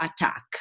attack